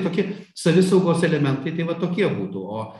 tokie savisaugos elementai tai va tokie būtų o